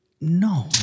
no